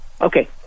Okay